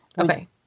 Okay